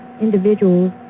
individuals